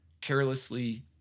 carelessly